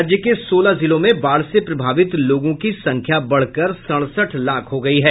राज्य के सोलह जिलों में बाढ़ से प्रभावित लोगों की संख्या बढ़कर सड़सठ लाख हो गयी है